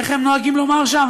איך הם נוהגים לומר שם,